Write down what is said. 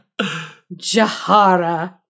jahara